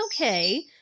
okay